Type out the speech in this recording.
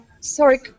sorry